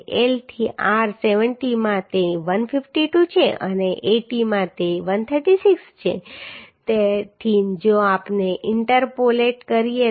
L થી r 70 માં તે 152 છે અને 80 માં તે 136 છે તેથી જો આપણે ઇન્ટરપોલેટ કરીએ તો આપણે 145